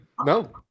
No